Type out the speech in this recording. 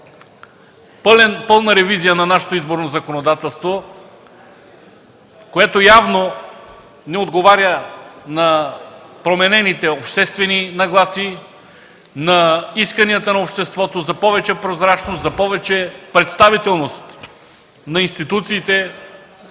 пълна ревизия на нашето изборно законодателство, което явно не отговаря на променените обществени нагласи, на исканията на обществото за повече прозрачност, за повече представителност на институциите,